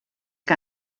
que